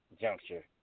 juncture